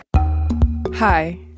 Hi